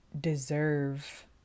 deserve